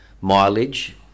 mileage